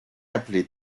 appelés